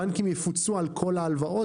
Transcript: הבנקים יפוצו על כל ההלוואות,